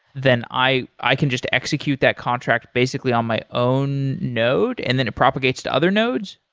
then i i can just execute that contract basically on my own node and then it propagates to other nodes?